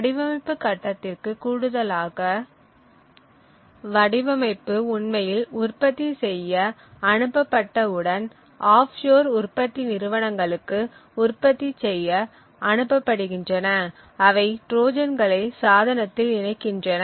வடிவமைப்பு கட்டத்திற்கு கூடுதலாக வடிவமைப்பு உண்மையில் உற்பத்தி செய்ய அனுப்பப்பட்டவுடன் ஆஃப்ஷோர் உற்பத்தி நிறுவனங்களுக்கு உற்பத்தி செய்ய அனுப்ப படுகின்றன அவை ட்ரோஜான்களை சாதனத்தில் இணைக்கின்றன